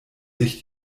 sich